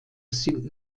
sind